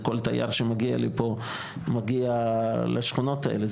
זה כל תייר שמגיע לפה מגיע לשכונות האלה.